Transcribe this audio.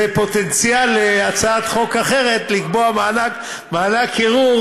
זה פוטנציאל להצעת חוק אחרת, לקבוע מענק קירור.